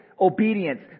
obedience